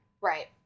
Right